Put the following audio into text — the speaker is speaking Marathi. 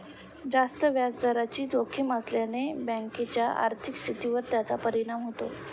जास्त व्याजदराची जोखीम असल्याने बँकेच्या आर्थिक स्थितीवर याचा परिणाम होतो